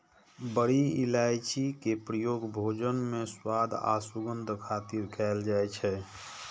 बड़ी इलायची के प्रयोग भोजन मे स्वाद आ सुगंध खातिर कैल जाइ छै